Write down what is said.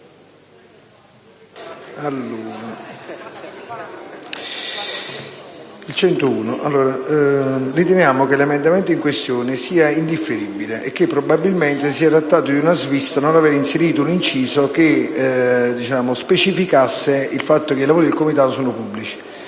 riteniamo che l'emendamento in votazione ponga una questione ineludibile e che probabilmente sia stata una svista non aver inserito un inciso che specificasse il fatto che i lavori del Comitato sono pubblici.